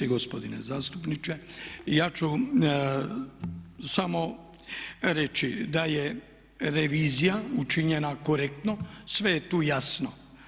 Gospodine zastupniče ja ću samo reći da je revizija učinjena korektno, sve je tu jasno.